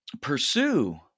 pursue